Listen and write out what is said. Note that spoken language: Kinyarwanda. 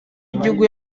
y’igihugu